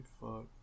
fuck